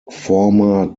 former